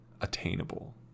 attainable